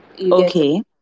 Okay